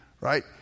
right